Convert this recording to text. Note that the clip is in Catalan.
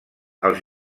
els